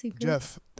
Jeff